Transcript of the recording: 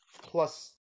plus